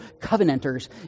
covenanters